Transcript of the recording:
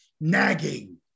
nagging